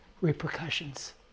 repercussions